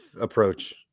approach